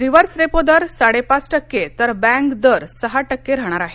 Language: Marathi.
रिव्हर्स रेपो दर साडेपाच टक्के तर बँक दर सहा टक्के राहणार आहे